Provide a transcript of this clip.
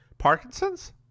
Parkinson's